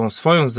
swoją